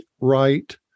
right